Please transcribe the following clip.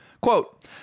quote